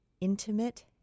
intimate